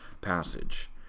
passage